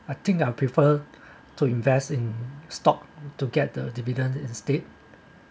I think I'll prefer to invest in stock to get the dividends instead